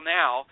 now